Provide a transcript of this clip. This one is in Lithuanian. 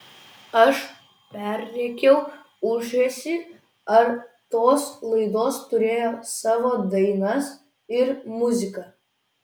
aš perrėkiau ūžesį ar tos laidos turėjo savo dainas ir muziką